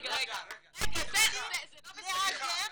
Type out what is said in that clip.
זה לא בסדר.